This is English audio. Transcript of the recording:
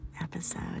episode